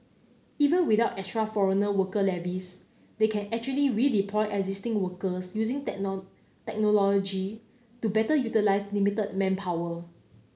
even without extra foreign worker levies they can actually redeploy existing workers using technology to better utilise limited manpower